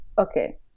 Okay